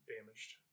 damaged